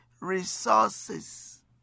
resources